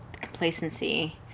complacency